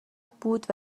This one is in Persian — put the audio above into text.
بود